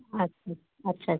अच्छा अच्छा